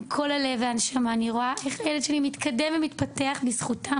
כל הלב והנשמה אני רואה איך הילד שלי מתקדם ומתפתח בזכותם,